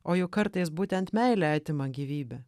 o juk kartais būtent meilė atima gyvybę